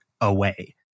away